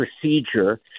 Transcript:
procedure